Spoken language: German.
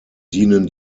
dienen